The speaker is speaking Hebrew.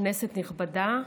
כנסת נכבדה,